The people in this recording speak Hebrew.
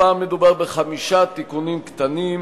הפעם מדובר בחמישה תיקונים קטנים,